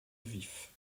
vif